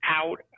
out